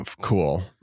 Cool